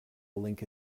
link